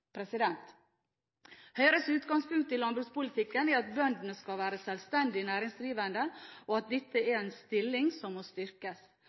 Høyres utgangspunkt i landbrukspolitikken er at bøndene skal være selvstendig næringsdrivende, og at dette er en stilling som må styrkes.